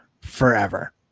forever